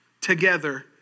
together